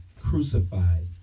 crucified